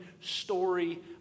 story